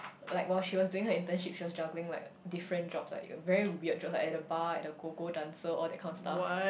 like was she was doing her internship she was juggling like different job like very weird job at the bar at the go go dancer all that kind of stuff